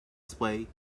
sway